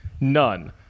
None